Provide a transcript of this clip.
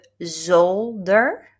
zolder